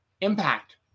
Impact